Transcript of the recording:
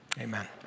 Amen